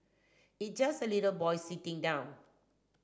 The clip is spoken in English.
it just a little boy sitting down